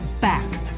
back